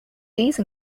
these